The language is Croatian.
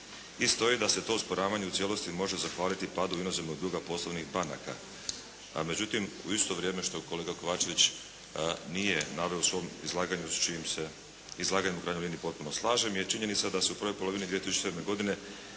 I stoji da se to usporavanje u cijelosti može zahvaliti padu inozemnog duga poslovnih banaka. A međutim u isto vrijeme, što kolega Kovačević nije naveo u svom izlaganju s čijem se izlaganjem u krajnjoj liniji potpuno slažem, je činjenica da su u prvoj polovini 2007. godine